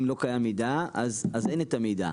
אם לא קיים מידע אז אין את המידע.